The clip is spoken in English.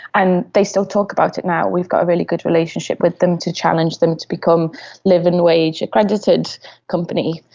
and they still talk about it now. we've got a really good relationship with them, to challenge them to become a living wage accredited company.